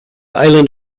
island